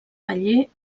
paller